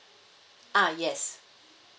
uh yes